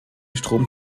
strom